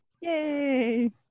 Yay